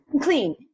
clean